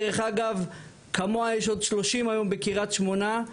דרך אגב כמוה יש עוד 30 היום בקרית שמונה,